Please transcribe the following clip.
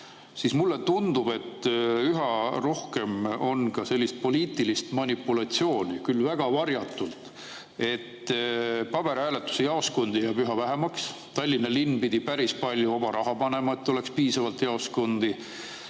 kehv. Mulle tundub, et üha rohkem on ka sellist poliitilist manipulatsiooni, küll väga varjatult, et paberhääletuse jaoskondi jääb üha vähemaks. Tallinna linn pidi päris palju vaba raha panema selleks, et oleks piisavalt jaoskondi.